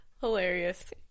hilarious